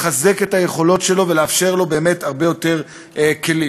לחזק את היכולות שלו ולאפשר לו באמת הרבה יותר כלים.